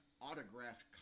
autographed